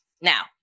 now